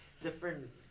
different